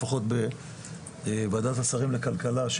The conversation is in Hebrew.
לפחות בוועדת השרים לכלכלה,